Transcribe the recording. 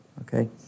Okay